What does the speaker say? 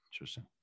Interesting